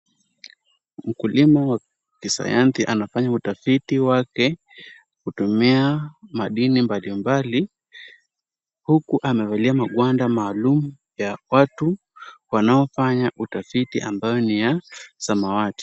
Mkulima wa kisayansi anafanya utafiti wake kutumia madini mbalimbali, huku amevalia magwada maalum ya watu wanaofanya utafiti ambayo ni ya samawati.